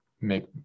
make